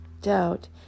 doubt